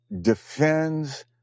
defends